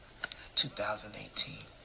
2018